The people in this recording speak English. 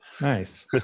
nice